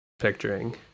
picturing